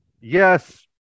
yes